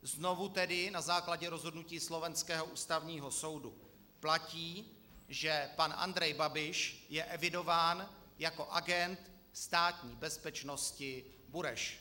Znovu tedy na základě rozhodnutí slovenského Ústavního soudu platí, že pan Andrej Babiš je evidován jako agent státní bezpečnosti Bureš.